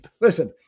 Listen